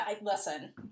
Listen